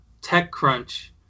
TechCrunch